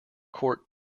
court